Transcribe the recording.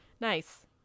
nice